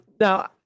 Now